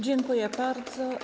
Dziękuję bardzo.